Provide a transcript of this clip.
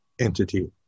entity